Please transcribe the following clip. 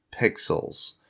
pixels